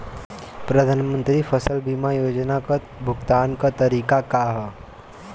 प्रधानमंत्री फसल बीमा योजना क भुगतान क तरीकाका ह?